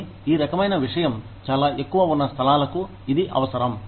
కానీ ఈ రకమైన విషయం చాలా ఎక్కువ ఉన్న స్థలాలకు ఇది అవసరం